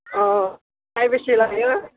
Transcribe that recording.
अ ओमफ्राय बेसे लायो